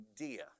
idea